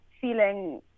feeling